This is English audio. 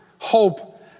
hope